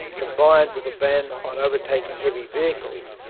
combined with a ban on overtaking heavy vehicles,